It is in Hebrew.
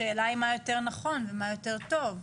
השאלה היא מה יותר נכון ומה יותר טוב.